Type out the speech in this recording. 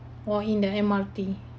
or in the M_R_T